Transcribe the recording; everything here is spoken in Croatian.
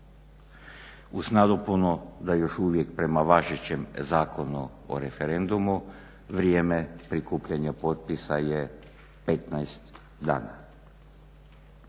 uz nadopunu da još uvijek prema važećem Zakonu o referendumu vrijeme prikupljanja potpisa je 15 dana.